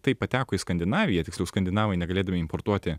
tai pateko į skandinaviją tiksliau skandinavai negalėdami importuoti